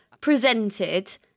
presented